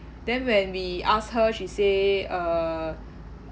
then when we ask her she say err